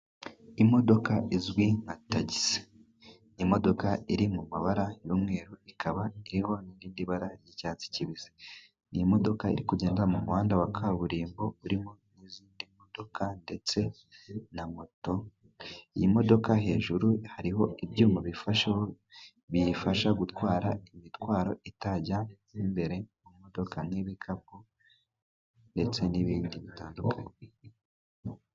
Imodoka izwi nka tagisi. Imodoka iri mu mabara y'umweru, ikaba iriho n'irindi bara ry'icyatsi kibisi, ni imodoka iri kugenda mu muhanda wa kaburimbo urimo n'izindi modoka, ndetse na moto. Iyi modoka hejuru hariho ibyuma bifashe biyifasha gutwara imitwaro, itajya imbere mu modoka nk'ibikapu, ndetse n'ibindi bitandukanye.